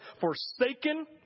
forsaken